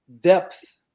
depth